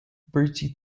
bertie